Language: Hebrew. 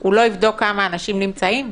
הוא לא יבדוק כמה אנשים נמצאים?